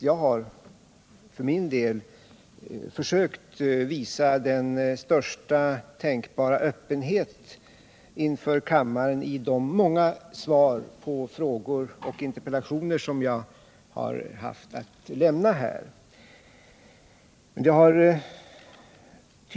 Jag har för min del försökt visa den största tänkbara öppenhet inför kammaren i de många svar på frågor och interpellationer som jag har haft att lämna här.